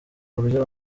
buryo